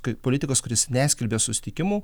tai politikas kuris neskelbia susitikimų